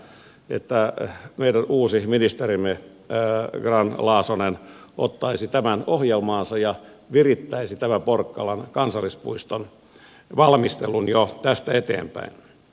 toivon että meidän uusi ministerimme grahn laasonen ottaisi tämän ohjelmaansa ja virittäisi tämän porkkalan kansallispuiston valmistelun jo tästä eteenpäin